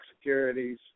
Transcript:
securities